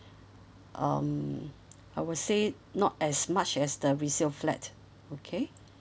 um I would say not as much as the resale flat okay